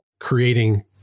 creating